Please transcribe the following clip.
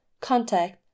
Contact